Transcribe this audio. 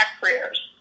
careers